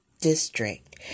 district